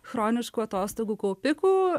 chroniškų atostogų kaupikų